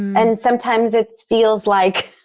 and sometimes it feels like